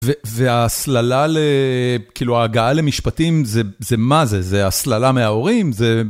וההסללה ל.., כאילו ההגעה למשפטים זה מה זה? זה הסללה מההורים?